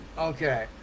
okay